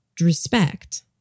respect